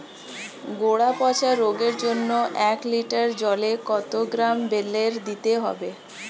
গোড়া পচা রোগের জন্য এক লিটার জলে কত গ্রাম বেল্লের দিতে হবে?